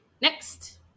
next